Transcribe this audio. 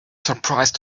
surprise